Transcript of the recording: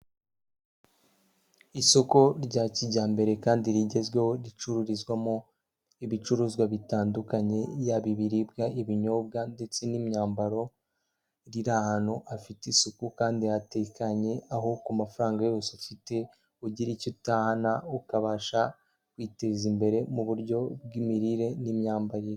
Isoko rya kijyambere kandi rigezweho ricururizwamo ibicuruzwa bitandukanye, yaba ibiribwa, ibinyobwa ndetse n'imyambaro riri ahantu hafite isuku kandi hatekanye, aho ku mafaranga yose ufite ugira icyo utahana ukabasha kwiteza imbere mu buryo bw'imirire n'imyambarire.